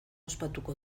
ospatuko